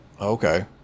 Okay